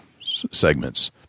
segments